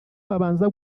babanza